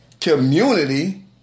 Community